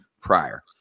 prior